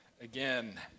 again